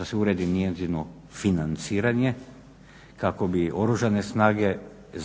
da se uredi njezino financiranje kako bi Oružane snage